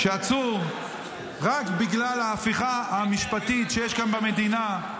-- שעצור רק בגלל ההפיכה המשפטית שיש כאן במדינה,